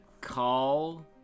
call